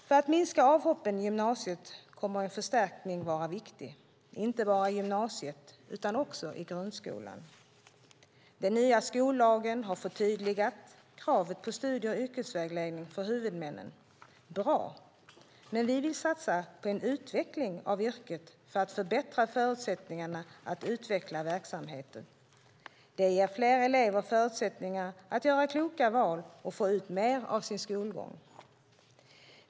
För att minska avhoppen i gymnasiet kommer en förstärkning att vara viktig, inte bara i gymnasiet utan också i grundskolan. Den nya skollagen har förtydligat kravet på studie och yrkesvägledning för huvudmännen. Bra, men vi vill satsa på en utveckling av yrket för att förbättra förutsättningarna att utveckla verksamheten. Det ger fler elever förutsättningar att göra kloka val och få ut mer av sin skolgång.